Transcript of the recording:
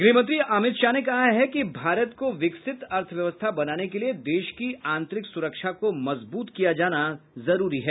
गृहमंत्री अमित शाह ने कहा है कि भारत को विकसित अर्थव्यवस्था बनाने के लिए देश की आतंरिक सुरक्षा को मजबूत किया जाना जरूरी है